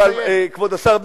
כבוד השר בגין,